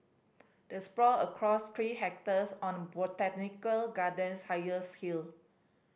it sprawl across three hectares on the botanical garden's highest hill